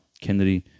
Kennedy